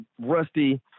rusty